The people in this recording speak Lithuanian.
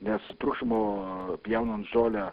nes trukšmo pjaunant žolę